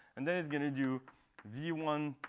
and then it's going to do v one,